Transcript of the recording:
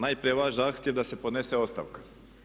Najprije vaš zahtjev da se podnese ostavka.